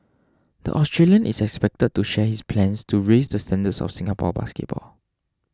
the Australian is expected to share his plans to raise the standards of Singapore basketball